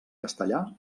castellà